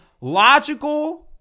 logical